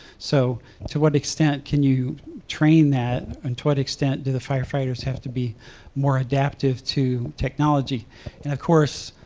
so to what extent can you train that and to what extent do the firefighters have to be more adaptive to technology? and of course,